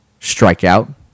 Strikeout